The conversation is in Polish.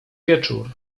wieczór